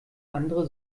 andere